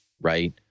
Right